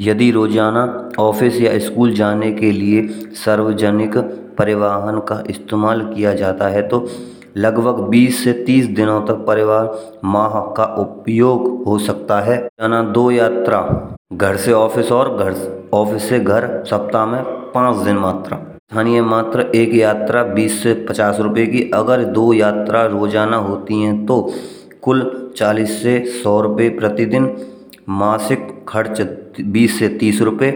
यदि रोज़ाना ऑफिस या स्कूल जाने के लिए सार्वजनिक परिवहन का इस्तेमाल किया जाता है। तो लगभग बीस से तीस दिनों तक परिवहन का उपयोग हो सकता है। रोज़ाना दो यात्रा घर से ऑफिस और ऑफिस से घर सप्ताह में पाँच दिन मात्र। स्थानीय मात्र एक यात्रा बीस से पचास रुपये की। अगर दो यात्रा रोज़ाना होती हैं। तो कुल चालीस से सौ रुपये प्रतिदिन मासिक खर्च बीस से तीस रुपये।